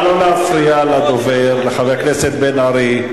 נא לא להפריע לדובר, לחבר הכנסת בן-ארי.